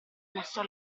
mostrò